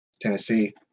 Tennessee